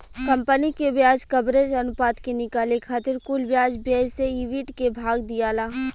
company के ब्याज coverage अनुपात के निकाले खातिर कुल ब्याज व्यय से ईबिट के भाग दियाला